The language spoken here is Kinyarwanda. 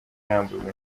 yamburwa